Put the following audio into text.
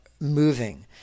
moving